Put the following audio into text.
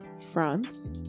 France